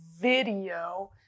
video